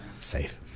Safe